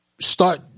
start